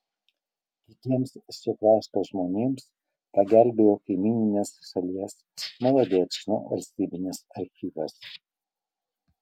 kitiems šio krašto žmonėms pagelbėjo kaimyninės šalies molodečno valstybinis archyvas